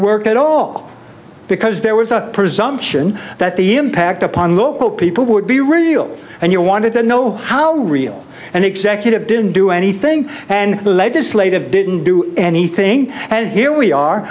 work at all because there was a presumption that the impact upon local people would be real and you wanted to know how real an executive didn't do anything and the legislative didn't do anything and here we are